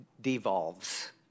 devolves